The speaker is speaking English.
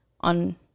on